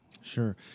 Sure